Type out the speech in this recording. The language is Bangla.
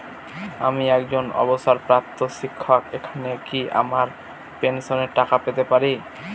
আমি একজন অবসরপ্রাপ্ত শিক্ষক এখানে কি আমার পেনশনের টাকা পেতে পারি?